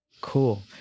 Cool